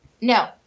No